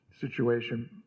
situation